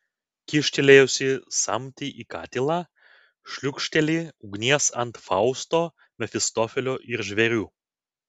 kyštelėjusi samtį į katilą šliūkšteli ugnies ant fausto mefistofelio ir žvėrių